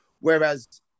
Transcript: Whereas